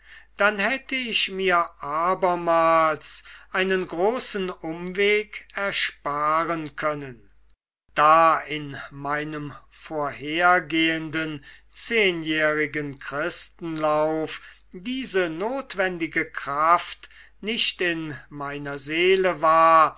dann hätte ich mir abermals einen großen umweg ersparen können da in meinem vorhergehenden zehnjährigen christenlauf diese notwendige kraft nicht in meiner seele war